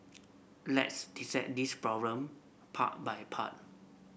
let's dissect this problem part by part